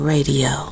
Radio